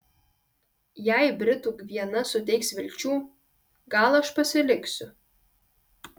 jei britų gviana suteiks vilčių gal aš pasiliksiu